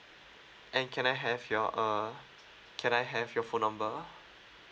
and can I have your uh can I have your phone number